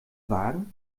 wagen